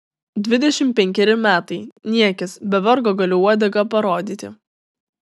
dvidešimt penkeri metai niekis be vargo galiu uodegą parodyti